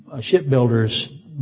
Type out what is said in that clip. shipbuilders